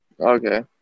Okay